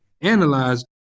analyze